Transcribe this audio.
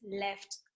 left